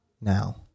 now